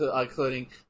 including